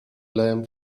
lamp